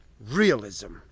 Realism